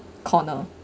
corner